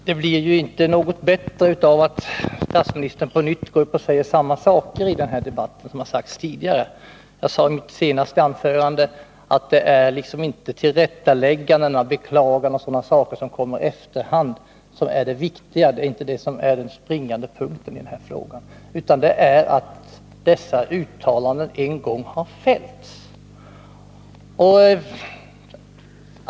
Herr talman! Det hela blir inte bättre av att statsministern går upp och Om regeringsåtsäger samma saker som har sagts tidigare i debatten. Jag sade i mitt senaste anförande att det inte är tillrättalägganden, beklaganden och sådant som kommer i efterhand som är det viktiga och den springande punkten — utan att dessa uttalanden en gång har fällts.